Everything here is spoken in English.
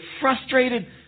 frustrated